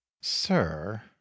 Sir